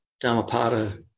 dhammapada